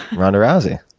ronda rousey,